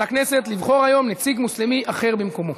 על הכנסת לבחור היום נציג מוסלמי אחר במקומו.